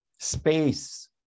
space